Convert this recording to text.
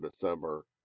December